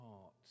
heart